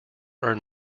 earn